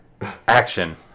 action